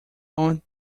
aunt